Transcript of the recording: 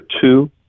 two